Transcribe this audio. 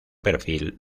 perfil